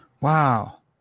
Wow